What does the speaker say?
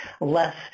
less